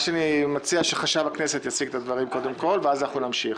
מציע שקודם כל חשב הכנסת יציג את הדברים ואז נמשיך.